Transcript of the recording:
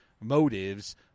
motives